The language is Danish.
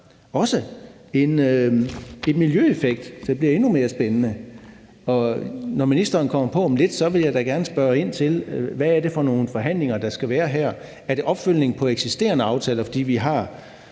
også en miljøeffekt, så det bliver endnu mere spændende. Når ministeren kommer på om lidt, vil jeg da gerne spørge ind til, hvad det er for nogle forhandlinger, der skal være. Er det opfølgning på eksisterende aftaler? For vi har